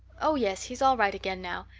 oh, yes, he's all right again now,